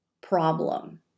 problem